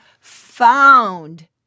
found